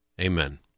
Amen